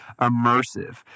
immersive